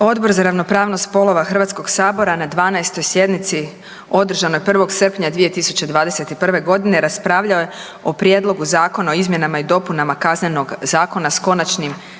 Odbor za ravnopravnost spolova HS-a na 12. sjednici održanoj 1. srpnja 2021. g. raspravljao je o Prijedlogu zakona o izmjenama i dopunama Kaznenog zakona s končanim